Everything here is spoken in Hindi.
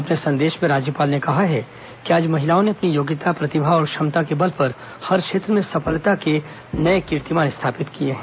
अपने संदेष में राज्यपाल ने कहा है कि आज महिलाओं ने अपनी योग्यता प्रतिभा और क्षमता के बल पर हर क्षेत्र में सफलता के नवीन कीर्तिमान स्थापित किए हैं